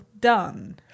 done